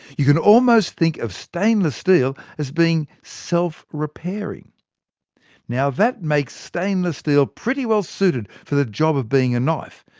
you can almost think of stainless steel as being self-repairing. now that makes stainless steel pretty well suited for the job of being a knife,